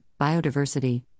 biodiversity